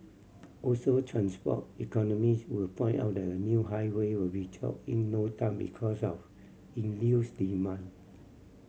also transport economist will point out that a new highway will be choked in no time because of induced demand